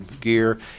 gear